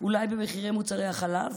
אולי במחירי מוצרי החלב,